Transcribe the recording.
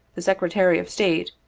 the secretary of state,